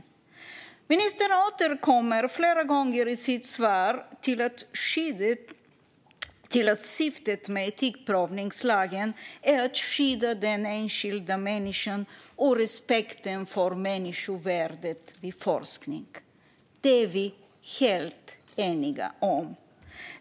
Ministern återkommer flera gånger i sitt svar till att syftet med etikprövningslagen är att skydda den enskilda människan och respekten för människovärdet vid forskning. Det är vi helt eniga om.